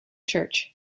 church